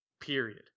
Period